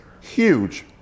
huge